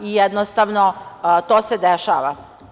I, jednostavno, to se dešava.